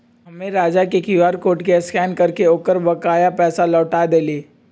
हम्मे राजा के Q R code के स्कैन करके ओकर बकाया पैसा लौटा देली